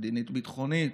המדינית-ביטחונית,